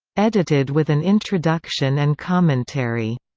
edited with an introduction and commentary.